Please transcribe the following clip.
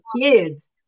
kids